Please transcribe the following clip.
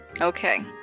okay